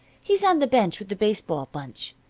he's on the bench with the baseball bunch.